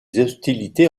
hostilités